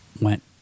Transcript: went